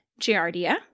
Giardia